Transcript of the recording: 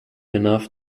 enough